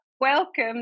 welcome